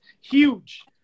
huge